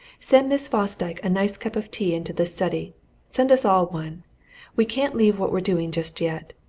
send miss fosdyke a nice cup of tea into the study send us all one we can't leave what we're doing just yet.